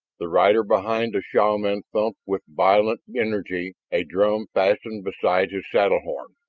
the rider behind the shaman thumped with violent energy a drum fastened beside his saddle horn,